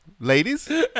Ladies